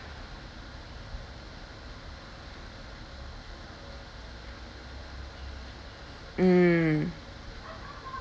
mm